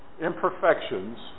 imperfections